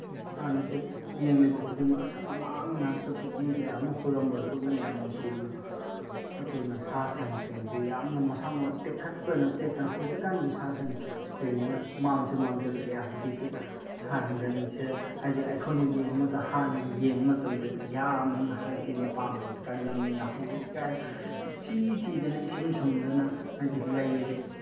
ꯍꯥꯟꯅꯗꯤ ꯌꯦꯡꯂꯤꯕ ꯈꯨꯗꯤꯡꯃꯛ ꯑꯁꯪ ꯑꯃꯥꯟ ꯉꯥꯛꯇ ꯄꯨꯛꯅꯤꯡ ꯀꯌꯥ ꯑꯃ ꯍꯨꯔꯝꯕꯗꯣ ꯄꯨꯛꯅꯤꯡ ꯌꯥꯝꯅ ꯅꯨꯡꯁꯤꯕꯗꯣ ꯑꯗꯨꯅ ꯁꯥ ꯁꯟꯁꯤꯡꯁꯤ ꯌꯥꯝꯅ ꯃꯁꯥ ꯃꯎ ꯇꯦꯛꯈꯠꯇꯨꯅ ꯇꯦꯛꯇꯅ ꯍꯧꯖꯤꯛꯀꯥꯟꯒꯤ ꯁꯥ ꯁꯟꯁꯤꯡꯁꯤꯗ ꯃꯥꯡꯁꯨ ꯃꯥꯡꯁꯜꯂꯛꯑꯦ ꯍꯧꯖꯤꯛꯇꯤ ꯁꯟꯒꯁꯦ ꯍꯥꯏꯕꯗꯤ ꯑꯩꯈꯣꯏꯅ ꯌꯦꯡꯉꯨ ꯃꯇꯝꯗ ꯍꯥꯟꯅꯒꯤ ꯌꯦꯡꯕ ꯃꯇꯝꯗꯗꯤ ꯌꯥꯝꯅ ꯍꯥꯏꯕꯗꯤ ꯃꯄꯥꯡꯒꯜ ꯀꯜꯂꯝꯃꯤ ꯍꯧꯖꯤꯛꯀꯥꯗꯤ ꯏꯆꯤ ꯆꯤꯗꯅ ꯏꯁꯨꯝ ꯁꯨꯝꯗꯅ ꯍꯥꯏꯕꯗꯤ ꯂꯩꯔꯦ